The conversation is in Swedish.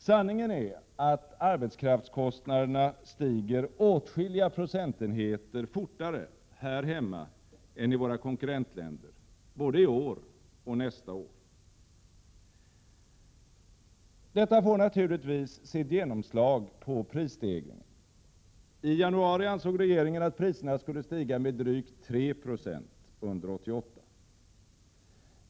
Sanningen är att arbetskraftskostnaderna stiger åtskilliga procentenheter fortare här hemma än i våra konkurrentländer både i år och nästa år. Detta får naturligtvis sitt genomslag på prisstegringen. I januari ansåg regeringen att priserna skulle stiga med drygt 3 76 under 1988.